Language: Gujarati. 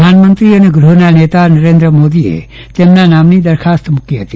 પ્રધાનમંત્રી અને ગ્રહના નેતા નરેન્દ્ર મોદીએ તેમના નામની દરખાસ્ત મૂકી હતી